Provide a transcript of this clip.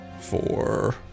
four